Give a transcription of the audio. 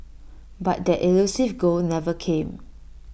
but that elusive goal never came